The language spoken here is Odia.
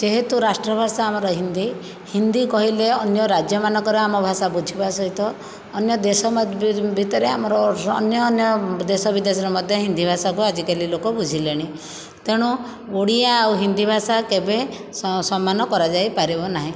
ଯେହେତୁ ରାଷ୍ଟ୍ରଭାଷା ଆମର ହିନ୍ଦି ହିନ୍ଦି କହିଲେ ଅନ୍ୟ ରାଜ୍ୟମାନଙ୍କର ଆମ ଭାଷା ବୁଝିବା ସହିତ ଅନ୍ୟ ଦେଶ ଭିତରେ ଆମର ଅନ୍ୟ ଅନ୍ୟ ଦେଶ ବିଦେଶରେ ମଧ୍ୟ ହିନ୍ଦି ଭାଷାକୁ ଆଜିକାଲି ଲୋକ ବୁଝିଲେଣି ତେଣୁ ଓଡ଼ିଆ ଆଉ ହିନ୍ଦି ଭାଷା କେବେ ସସମାନ କରାଯାଇ ପାରିବ ନାହିଁ